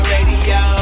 Radio